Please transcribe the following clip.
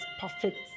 perfect